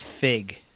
Fig